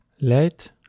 Late